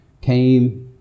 came